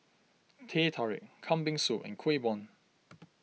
Teh Tarik Kambing Soup and Kuih Bom